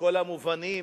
בכל המובנים,